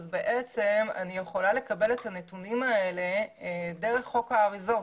אני יכולה לקבל את הנתונים האלה דרך חוק האריזות.